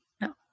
No